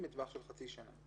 והוא רוצה לבצע פעילות,